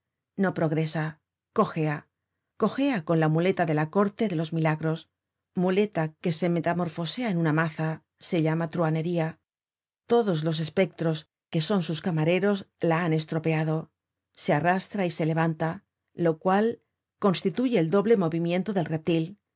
no progresa cojea cojea con la muleta de la corte de los milagros muleta que se metamorfosea en una maza se llama truhanería todos los espectros que son sus camareros la han estropeado se arrastra y se levanta lo cual constituye el doble movimiento del reptil